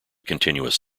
continuous